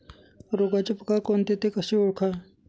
रोगाचे प्रकार कोणते? ते कसे ओळखावे?